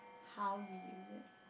how you use it